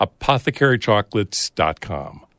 apothecarychocolates.com